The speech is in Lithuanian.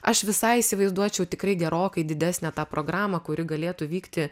aš visai įsivaizduočiau tikrai gerokai didesnę tą programą kuri galėtų vykti